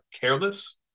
careless